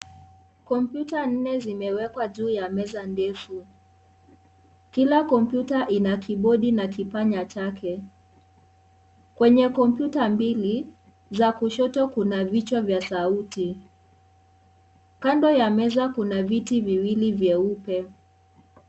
Kompyuta nne zimewekwa juu ya meza ndefu, kila kompyuta ina kibodi na kipanya chake , kwenye kompyuta mbili za kushoto kuna vichwa vya sauti , kando ya meza kuna viti viwili vyeupe.